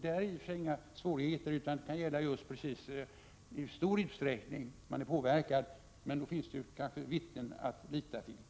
De enda svårigheterna kan gälla just i hur stor utsträckning vederbörande är påverkad, men då finns det kanske 79 vittnen att lita till.